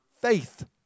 faith